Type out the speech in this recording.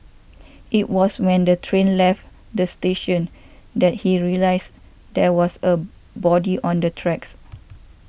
it was when the train left the station that he realised there was a body on the tracks